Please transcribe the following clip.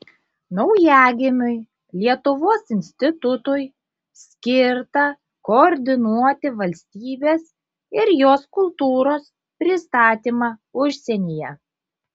naujagimiui lietuvos institutui skirta koordinuoti valstybės ir jos kultūros pristatymą užsienyje